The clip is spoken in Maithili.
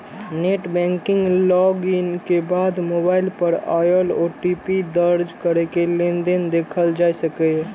नेट बैंकिंग लॉग इन के बाद मोबाइल पर आयल ओ.टी.पी दर्ज कैरके लेनदेन देखल जा सकैए